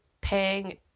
paying